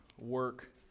work